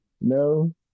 No